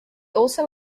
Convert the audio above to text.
also